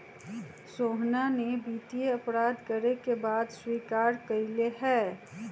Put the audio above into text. सोहना ने वित्तीय अपराध करे के बात स्वीकार्य कइले है